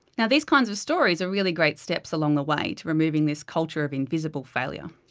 yeah these kinds of stories are really great steps along the way to removing this culture of invisible failure.